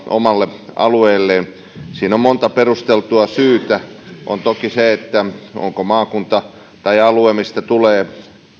omalle alueelleen siinä on monta perusteltua syytä on toki se että onko maakunta tai alue mistä tulee